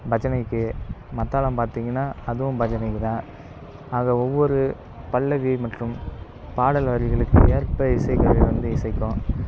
பஜனைக்கு மத்தளம் பார்த்திங்கனா அதுவும் பஜனைக்குதான் அதை ஒவ்வொரு பல்லவி மற்றும் பாடல் வரிகளுக்கு ஏற்ப இசைக் கருவி வந்து இசைக்கும்